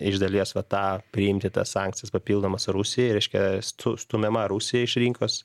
iš dalies va tą priimti tas sankcijas papildomas rusijai reiškia es tu stumiama rusija išrinkus